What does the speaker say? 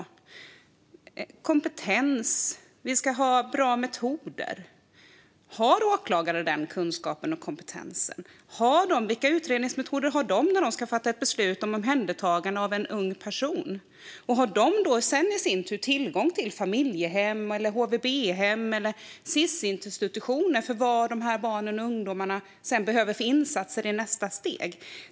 Det handlar om kompetens och om att vi ska ha bra metoder. Har åklagare den kunskapen och den kompetensen? Vilka utredningsmetoder har de när de ska fatta ett beslut om omhändertagande av en ung person? Och har de sedan tillgång till familjehem, HVB-hem eller Sis-institutioner som dessa barn och ungdomar behöver i nästa steg?